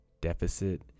Deficit